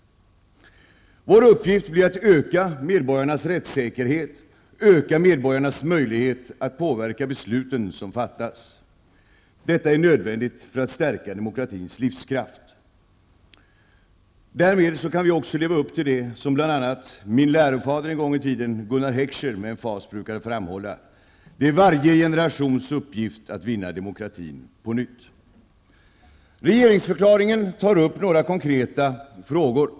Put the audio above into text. Vår uppgift blir att öka medborgarnas rättssäkerhet, öka medborgarnas möjlighet att påverka de beslut som fattas. Detta är nödvändigt för att stärka demokratins livskraft. Därmed kan vi också leva upp till det som bl.a. min lärofader en gång i tiden, Gunnar Heckscher, med emfas brukade framhålla: Det är varje generations uppgift att vinna demokratin på nytt. Regeringsförklaringen tar upp några konkreta frågor.